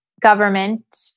government